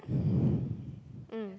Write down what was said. mm